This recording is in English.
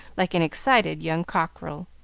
like an excited young cockerel.